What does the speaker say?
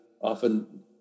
often